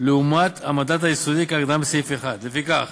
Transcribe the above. לעומת המדד היסודי כהגדרתם בסעיף 1. לפיכך,